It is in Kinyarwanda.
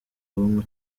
bwonko